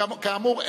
כאמור,